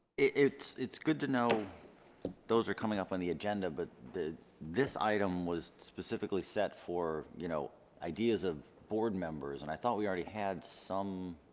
it's it's good to know those are coming up on the agenda but the this item was specifically set for you know ideas of board members and i thought we already had some